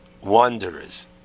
wanderers